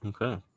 Okay